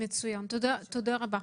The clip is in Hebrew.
תודה רבה.